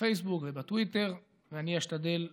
בפייסבוק ובטוויטר, ואני אשתדל להשיב.